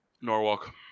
Norwalk